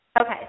Okay